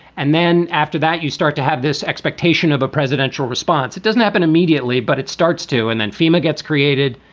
and then after that, you start to have this expectation of a presidential response. it doesn't happen immediately, but it starts to. and then fema gets created.